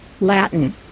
Latin